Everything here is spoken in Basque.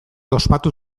ospatu